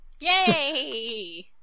Yay